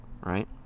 right